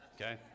okay